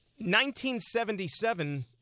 1977